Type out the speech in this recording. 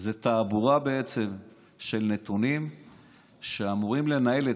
זאת תעבורה של נתונים שאמורים לנהל את